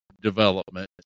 development